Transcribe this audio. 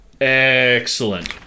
Excellent